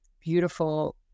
beautiful